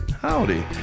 howdy